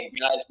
guys